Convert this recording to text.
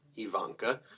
Ivanka